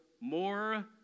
more